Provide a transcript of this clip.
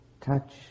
touch